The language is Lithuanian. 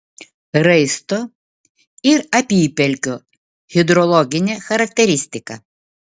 raisto ir apypelkio hidrologinė charakteristika